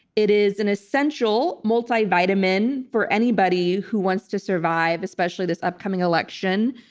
it is an essential multivitamin for anybody who wants to survive, especially this upcoming election,